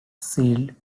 sealed